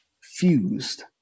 Fused